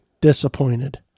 disappointed